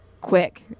quick